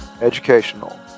Educational